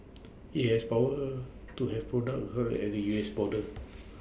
IT has power to have products halted at the U S border